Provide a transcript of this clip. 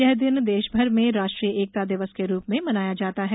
यह दिन देशभर में राष्ट्रीय एकता दिवस के रूप में मनाया जाता है